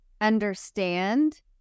understand